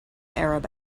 arab